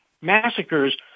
massacres